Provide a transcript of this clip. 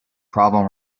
problem